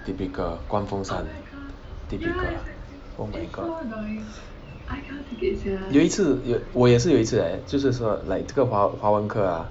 typical 关风扇 typical oh my god 有一次我也是有一次 leh 就是说 like 这个华文课 ah